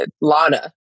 lana